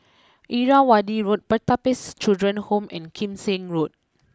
Irrawaddy Road Pertapis Children Home and Kim Seng Road